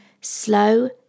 slow